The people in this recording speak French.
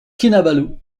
kinabalu